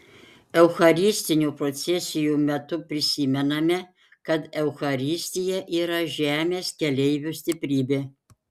eucharistinių procesijų metu prisimename kad eucharistija yra žemės keleivių stiprybė